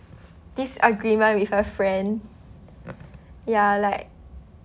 this agreement with a friend ya like